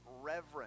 reverence